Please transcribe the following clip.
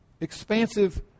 Expansive